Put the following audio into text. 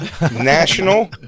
National